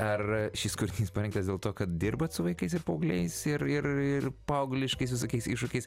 ar šis kūrinys parengtas dėl to kad dirbat su vaikais ir paaugliais ir ir ir paaugliškais visokiais iššūkiais